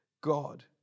God